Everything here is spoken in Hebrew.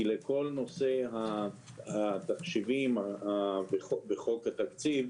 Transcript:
כי לכל נושא התחשיבים בחוק התקציב,